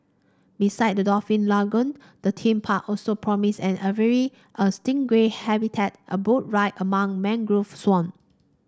besides the dolphin lagoon the theme park also promises an aviary a stingray habitat and boat ride among mangrove swamp